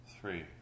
three